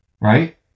right